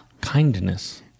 Kindness